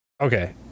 Okay